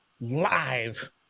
live